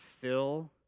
fill